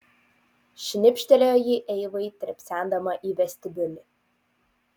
šnipštelėjo ji eivai trepsendama į vestibiulį